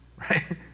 Right